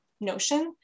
notion